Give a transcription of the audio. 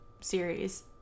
series